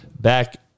back